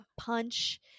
punch